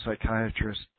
psychiatrist